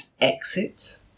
exit